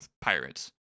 pirates